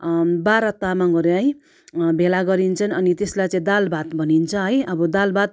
बाह्र तामाङहरू है भेला गरिन्छन् अनि त्यसलाई दाल भात भनिन्छ है आब दाल भात